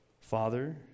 Father